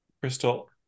Crystal